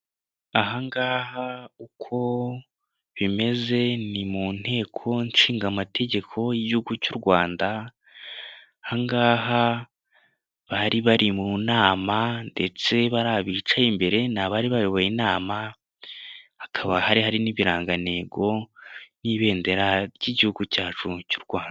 Ahangaha uko bimeze ni mu nteko nshingamategeko y'igihugu cy'u Rwanda. Ahangaha bari bari mu nama ndetse bariya bicaye imbere ni abari bayoboye inama, hakaba hari hari n'ibirangantego n'ibendera ry'igihugu cyacu cy'u Rwanda.